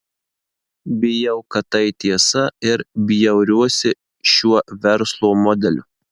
bijau kad tai tiesa ir bjauriuosi šiuo verslo modeliu